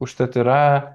užtat yra